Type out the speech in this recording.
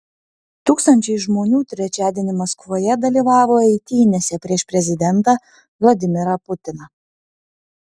tūkstančiai žmonių trečiadienį maskvoje dalyvavo eitynėse prieš prezidentą vladimirą putiną